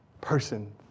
person